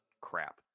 crap